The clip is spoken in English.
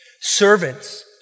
Servants